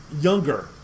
younger